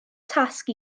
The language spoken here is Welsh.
tasg